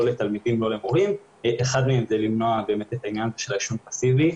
לתלמידים ולא למורים כאשר רוצים למנוע את העישון הפסיבי.